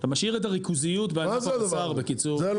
אתה משאיר את הריכוזיות בענף הבשר בקיצור.